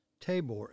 Tabor